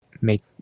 make